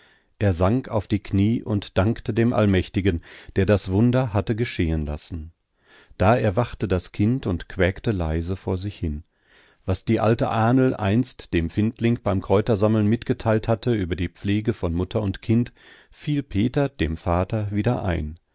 er sank auf die knie und dankte dem allmächtigen der das wunder hatte geschehen lassen da erwachte das kind und quäkte leise vor sich hin was die alte ahnl einst dem findling beim kräutersammeln mitgeteilt hatte über die pflege von mutter und kind fiel peter dem vater wieder ein